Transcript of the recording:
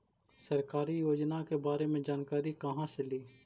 सरकारी योजना के बारे मे जानकारी कहा से ली?